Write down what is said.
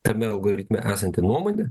tame algoritme esanti nuomonė